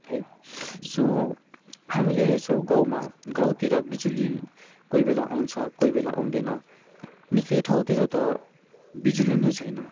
है सो हामीले हेर्छौँ गाउँमा गाउँतिर बिजुली कोही बेला आउँछ कोही बेला आउँदैन निकै ठाउँतिर त बिजुली नै छैन